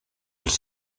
els